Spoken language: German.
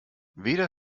weder